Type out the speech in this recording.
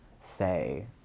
say